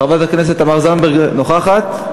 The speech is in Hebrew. חברת הכנסת תמר זנדברג נוכחת?